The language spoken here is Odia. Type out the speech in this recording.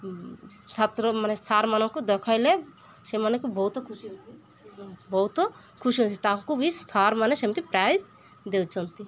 ଛାତ୍ର ମାନେ ସାର୍ ମାନଙ୍କୁ ଦେଖାଇଲେ ସେମାନଙ୍କୁ ବହୁତ ଖୁସି ବହୁତ ଖୁସି ତାଙ୍କୁ ବି ସାର୍ ମାନେ ସେମିତି ପ୍ରାଇଜ୍ ଦେଉଛନ୍ତି